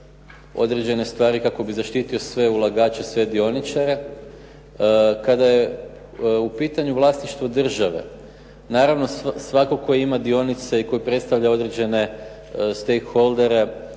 određene stvari kako bi zaštitio sve ulagače, sve dioničare, kada je u pitanju vlasništvo države naravno svatko tko ima dionice i tko predstavlja određene stakeholdere,